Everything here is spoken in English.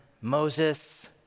Moses